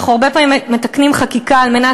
אנחנו הרבה פעמים מתקנים חקיקה על מנת